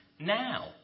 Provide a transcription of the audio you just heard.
now